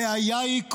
הבעיה היא,